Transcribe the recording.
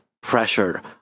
pressure